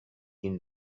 این